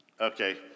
Okay